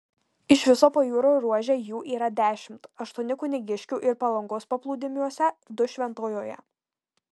iš viso pajūrio ruože jų yra dešimt aštuoni kunigiškių ir palangos paplūdimiuose du šventojoje